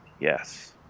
Yes